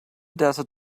desert